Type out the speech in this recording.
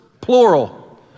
plural